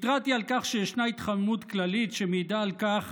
התרעתי על כך שישנה התחממות כללית שמעידה על כך